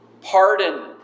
pardon